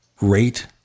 rate